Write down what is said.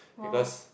because